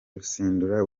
rutsindura